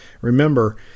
Remember